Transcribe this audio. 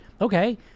Okay